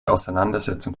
auseinandersetzung